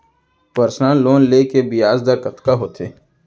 Personal loan ले के ब्याज दर कतका होथे?